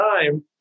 time